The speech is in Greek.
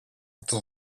του